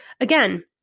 again